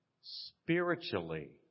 spiritually